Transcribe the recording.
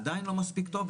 עדיין לא מספיק טוב,